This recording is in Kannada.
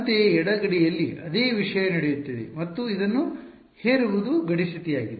ಅಂತೆಯೇ ಎಡ ಗಡಿಯಲ್ಲಿ ಅದೇ ವಿಷಯ ನಡೆಯುತ್ತಿದೆ ಮತ್ತು ಇದನ್ನು ಹೇರುವುದು ಗಡಿ ಸ್ಥಿತಿಯಾಗಿದೆ